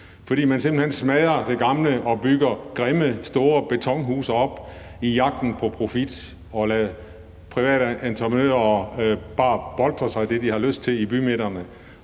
fordi man simpelt hen smadrer det gamle og bygger grimme, store betonhuse op i jagten på profit og lader private entreprenører boltre sig det, de har lyst til, i bymidterne.